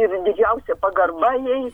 ir didžiausia pagarba jai